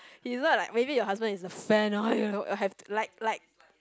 he's not like maybe your husband is a fan have like like